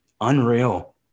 Unreal